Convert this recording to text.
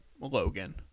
Logan